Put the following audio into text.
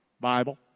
Bible